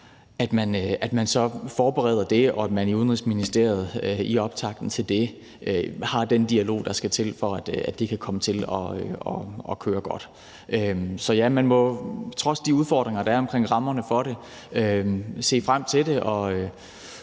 de omstændigheder, der er – og at man i Udenrigsministeriet i optakten til det har den dialog, der skal til, for at det kan komme til at køre godt. Så ja, man må trods de udfordringer, der er omkring rammerne for det, se frem til det